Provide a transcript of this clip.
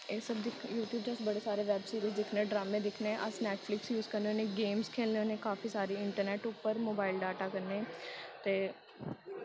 एह् सब दिक्खने दे यूट्यूब च अस बड़े सारे वेब सीरीज दिक्खने ड्रामे दिक्खने अस नैट फलिप्स यूज़ करने होन्ने गेम्स खेलने होन्ने काफी सारी इंट्रनैट उप्पर मोबाइल डाटा कन्नै ते